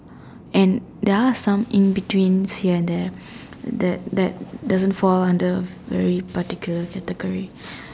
and there are some in between here and there that doesn't really fall under any particular category